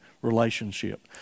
Relationship